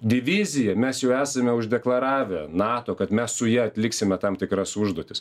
diviziją mes jau esame uždeklaravę nato kad mes su ja atliksime tam tikras užduotis